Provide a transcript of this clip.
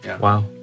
wow